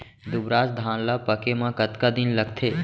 दुबराज धान ला पके मा कतका दिन लगथे?